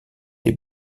des